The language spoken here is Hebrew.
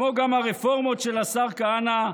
כמו גם הרפורמות של השר כהנא,